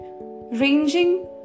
ranging